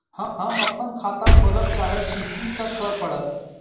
हम अप्पन खाता खोलब चाहै छी की सब करऽ पड़त?